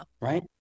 Right